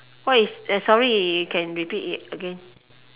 what is uh sorry you can repeat it again